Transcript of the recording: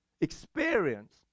experience